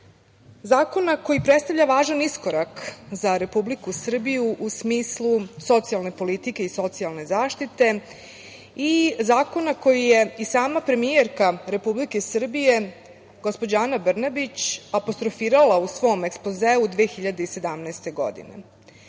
zakona koji predstavlja važan iskorak za Republiku Srbiju u smislu socijalne politike i socijalne zaštite i zakona koji je i sama premijerka Republike Srbije, Ana Brnabić, apostrofirala u svom ekspozeu 2017.